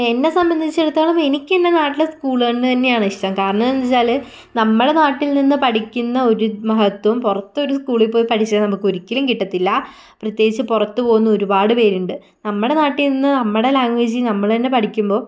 എന്നെ സംബന്ധിച്ചിടത്തോളം എനിക്ക് എൻ്റെ നാട്ടിലെ സ്കൂളുകൾ തന്നെയാണ് ഇഷ്ടം കാരണം എന്ന് വെച്ചാൽ നമ്മളുടെ നാട്ടിൽ നിന്ന് പഠിക്കുന്ന ഒരു മഹത്വം പുറത്ത് ഒരു സ്കൂളിൽ പോയി പഠിച്ചാൽ നമുക്ക് ഒരിക്കലും കിട്ടതില്ല പ്രത്യേകിച്ച് പുറത്ത് പോകുന്ന ഒരുപാട് പേരുണ്ട് നമ്മുടെ നാട്ടിൽ നിന്ന് നമ്മുടെ ലാംഗ്വേജിൽ നമ്മൾ തന്നെ പഠിക്കുമ്പോൾ